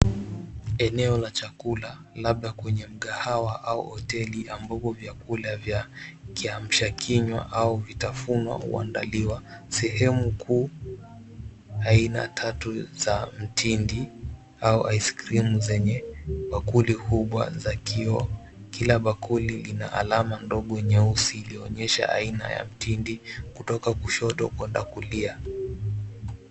Eneo la chakula labda kwenye mkahawa au hoteli ambavyo vyakula vya kiamsha kunywa au vitafunwa huandaliwa sehemu kuu aina tatu za mtindi au ice creamu zenye bakuli kubwa za kioo. Kila bakuli lina alama ndogo nyeusi inayoonyesha aina ya mtindi kutoka kushoto kuenda kulia.